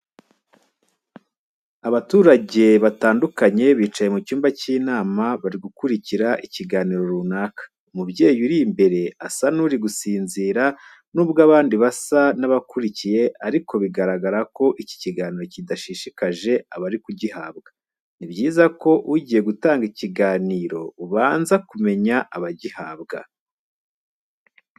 Abaturage batandukanye bicaye mu cyumba cy'inama bari gukurikira ibiganiro runaka, umubyeyi uri imbere asa n'uri gusinzira nubwo abandi basa n'abakurikiye ariko bigaragara ko iki kiganiro kidashishsikaje abari kugihabwa. Ni byiza ko iyo ugiye gutanga ikiganiro ubanza kumenya abagihabwa.